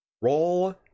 Roll